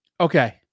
Okay